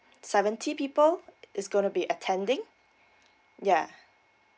seventy people it's going to be attending yeah